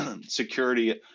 security